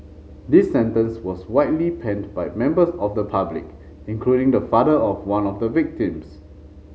this sentence was widely panned by members of the public including the father of one of the victims